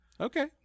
Okay